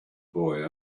boy